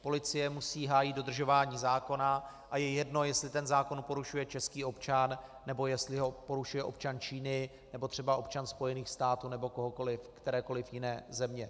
Policie musí hájit dodržování zákona a je jedno, jestli ten zákon porušuje český občan, nebo jestli ho porušuje občan Číny nebo třeba občan Spojených států nebo kterékoli jiné země.